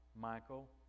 Michael